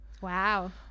Wow